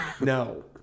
no